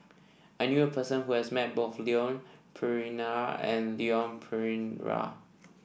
I knew a person who has met both Leon Perera and Leon Perera